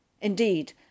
Indeed